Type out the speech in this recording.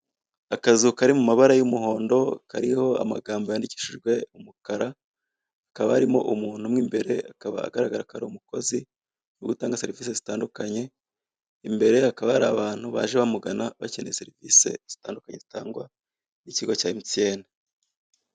Akazu kari mu mabara y'umuhondo. Kariho amagambo yandikishijwe umukara, hakaba harimo umuntu mo imbere; akaba agaragara ko ari umukukozi, wo gutanga serivisi zitandukanye. Imbere hakaba hari abantu baje bamugana bakeneye serivisi zitandukanye zitangwa n'ikigo cya Emutiyene.